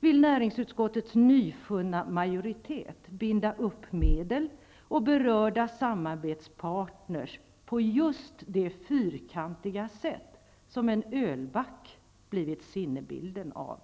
vill näringsutskottets nyfunna majoritet binda upp medel och berörda samarbetspartner på just det fyrkantiga sätt som en ölback blivit sinnebilden av.